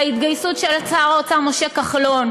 וההתגייסות של שר האוצר משה כחלון,